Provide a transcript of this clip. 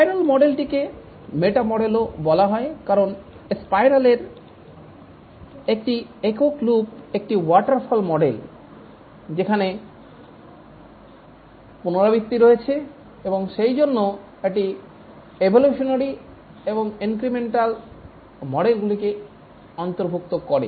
spiral মডেলটিকে meta মডেলও বলা হয় কারণ স্পাইরাল এর একটি একক লুপ একটি ওয়াটারফল মডেল সেখানে পুনরাবৃত্তি রয়েছে এবং সেইজন্য এটি এভোলিউশনারী এবং ইনক্রিমেন্টাল মডেলগুলিকে অন্তর্ভুক্ত করে